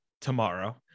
tomorrow